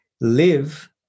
live